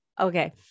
Okay